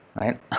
right